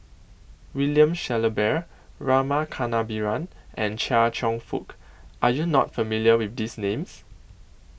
William Shellabear Rama Kannabiran and Chia Cheong Fook Are YOU not familiar with These Names